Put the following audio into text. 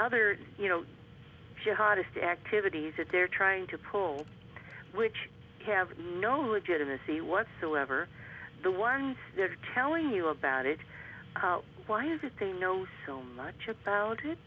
other you know your hardest activities if they're trying to pull which have no legitimacy whatsoever the one they're telling you about it why is it they know so much about it